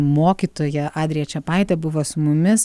mokytoja adrija čepaitė buvo su mumis